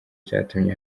cyatumye